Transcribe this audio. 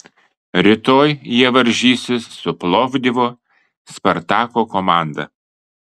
rytoj jie varžysis su plovdivo spartako komanda